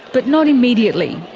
but not immediately.